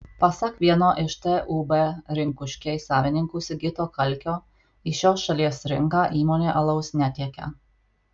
pasak vieno iš tūb rinkuškiai savininkų sigito kalkio į šios šalies rinką įmonė alaus netiekia